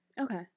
Okay